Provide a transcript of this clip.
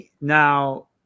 now –